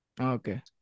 Okay